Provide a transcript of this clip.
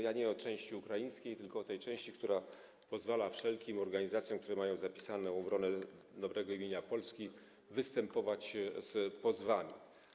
Ja nie o części ukraińskiej, tylko o tej części, która pozwala wszelkim organizacjom, które mają zapisaną obronę dobrego imienia Polski, występować z pozwami.